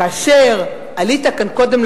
כשאתה תוקף, חבר הכנסת